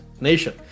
nation